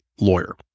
lawyer